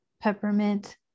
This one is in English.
peppermint